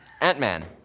Ant-Man